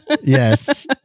Yes